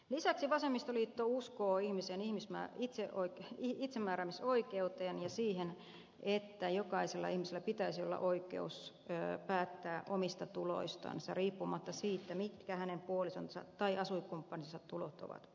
lisäksi vasemmistoliitto uskoo ihmisen itsemääräämisoikeuteen ja siihen että jokaisella ihmisellä pitäisi olla oikeus päättää omista tuloistaan riippumatta siitä mitkä hänen puolisonsa tai asuinkumppaninsa tulot ovat